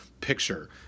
picture